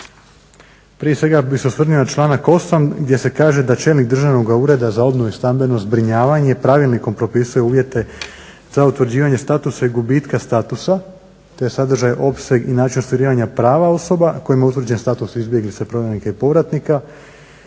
prije svega bih se osvrnuo na članak 8. gdje se kaže da čelnik Državnoga ureda za obnovu i stambeno zbrinjavanje pravilnikom propisuje uvjete za utvrđivanje statusa i gubitka statusa te sadržaj, opseg i način ostvarivanja prava osoba kojima je utvrđen status izbjeglica, prognanika i povratnika.